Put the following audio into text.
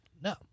No